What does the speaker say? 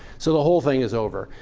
so the whole thing is over.